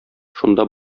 шунда